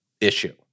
issue